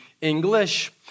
English